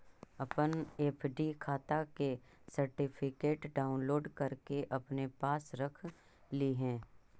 अपन एफ.डी खाता के सर्टिफिकेट डाउनलोड करके अपने पास रख लिहें